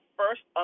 first